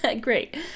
great